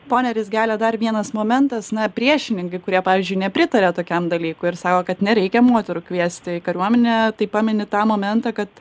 pone rizgele dar vienas momentas na priešininkai kurie pavyzdžiui nepritaria tokiam dalykui ir sako kad nereikia moterų kviesti į kariuomenę tai pamini tą momentą kad